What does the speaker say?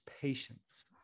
patience